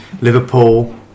Liverpool